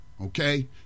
okay